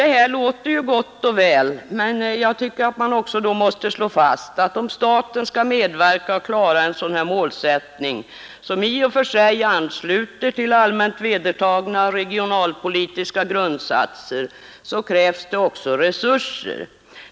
Detta låter ju bra, men jag tycker att man då också måste slå fast att om staten skall medverka till uppnåendet av en sådan målsättning, som i och för sig ansluter till allmänt vedertagna regionalpolitiska grundsatser, krävs det också resurser.